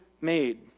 made